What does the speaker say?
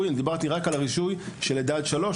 דיברתי רק על הרישוי של לידה עד גיל שלוש.